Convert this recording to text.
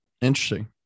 Interesting